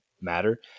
matter